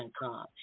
come